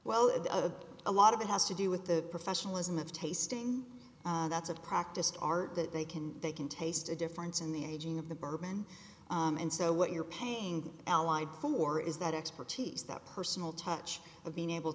other a lot of it has to do with the professionalism of tasting that's of practiced art that they can they can taste a difference in the aging of the bourbon and so what you're paying allied for is that expertise that personal touch of being able